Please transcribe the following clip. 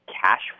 cash